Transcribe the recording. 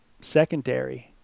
secondary